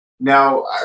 Now